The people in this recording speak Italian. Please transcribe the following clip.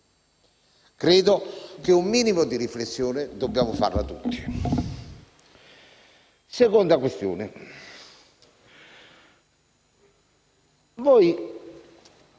Credo che un minimo di riflessione dobbiamo farla tutti. Vengo alla seconda questione. Voi